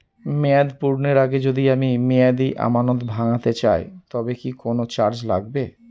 মেয়াদ পূর্ণের আগে যদি আমি মেয়াদি আমানত ভাঙাতে চাই তবে কি কোন চার্জ লাগবে?